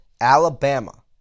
Alabama